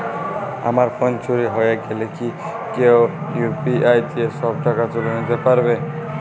আমার ফোন চুরি হয়ে গেলে কি কেউ আমার ইউ.পি.আই দিয়ে সব টাকা তুলে নিতে পারবে?